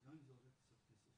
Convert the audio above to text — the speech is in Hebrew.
וגם אם אם זה עולה קצת כסף,